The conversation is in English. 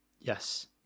Yes